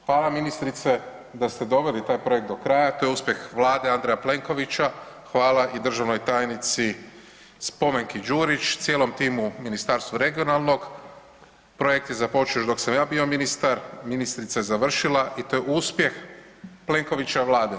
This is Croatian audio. Hvala ministrice da ste doveli taj projekt do kraja, to je uspjeh Vlade Andreja Plenkovića, hvala i državnoj tajnici Spomenki Đurić, cijelom timu u Ministarstvu regionalnog, projekt je započeo još dok sam ja bio ministar, ministrica je završila i to je uspjeh Plenkovićeve Vlade.